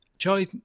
Charlie